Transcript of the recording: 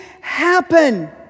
happen